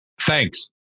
thanks